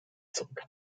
zurück